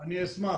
אני אשמח.